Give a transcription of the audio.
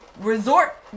resort